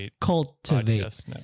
Cultivate